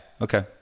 okay